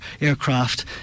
aircraft